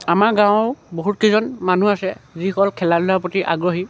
আমাৰ গাঁৱৰ বহুতকেইজন মানুহ আছে যিসকল খেলা ধূাৰ প্ৰতি আগ্ৰহী